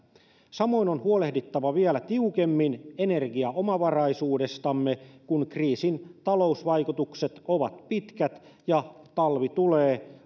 samoin on huolehdittava vielä tiukemmin energiaomavaraisuudestamme kun kriisin talousvaikutukset ovat pitkät ja talvi tulee